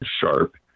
Sharp